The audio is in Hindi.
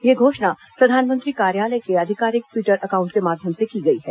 यह घोषणा प्रधानमंत्री कार्यालय के आधिकारिक द्वीटर एकाउंट के माध्यम से की गई है